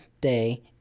day